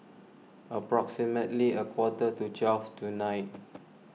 approximately a quarter to twelve tonight